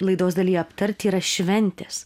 laidos daly aptarti yra šventės